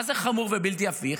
מה זה חמור ובלתי הפיך?